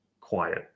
quiet